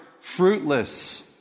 fruitless